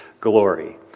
glory